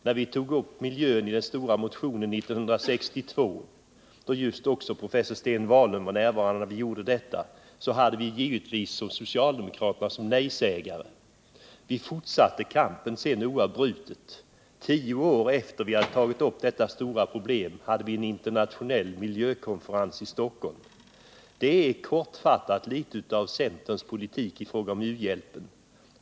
När vi tog upp miljön i den stora motionen 1962 — även då hörde Sten Wahlund till initiativtagarna — spelade socialdemokraterna samma roll som nejsägare. Vi fortsatte kampen oavbrutet, och tio år efter det att vi hade tagit upp detta stora problem anordnades en internationell miljökonferens i Stockholm. 151 Det är kortfattat litet av centerns politik i fråga om u-hjälpen.